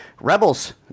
Rebels